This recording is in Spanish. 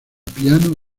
piano